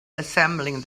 assembling